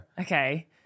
Okay